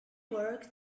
work